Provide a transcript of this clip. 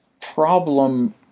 problem